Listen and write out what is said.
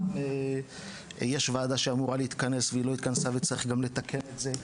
גם יש וועדה שאמורה להתכנס והיא לא התכנסה וצריך גם לתקן את זה.